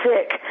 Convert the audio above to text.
sick